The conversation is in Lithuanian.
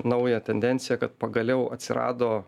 naują tendenciją kad pagaliau atsirado